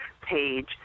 page